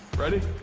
ready?